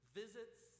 visits